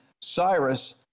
Cyrus